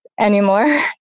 anymore